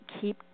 keep